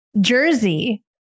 jersey